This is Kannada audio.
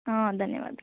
ಹಾಂ ಧನ್ಯವಾದ